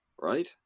Right